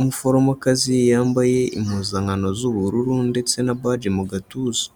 umuforomokazi yambaye impuzankano z'ubururu ndetse na baje mu gatuza.